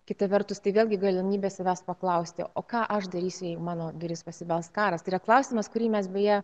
kita vertus tai vėlgi galimybė savęs paklausti o ką aš darysiu jei į mano duris pasibels karas tai yra klausimas kurį mes beje